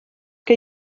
que